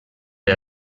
per